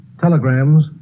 telegrams